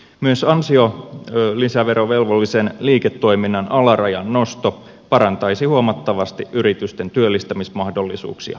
myös arvonlisäverovelvollisen liiketoiminnan alarajan nosto parantaisi huomattavasti yritysten työllistämismahdollisuuksia ja kilpailukykyä